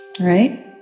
Right